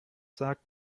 sagt